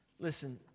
Listen